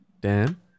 Dan